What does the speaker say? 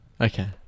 Okay